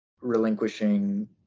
relinquishing